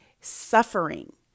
suffering